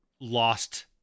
lost